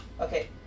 Okay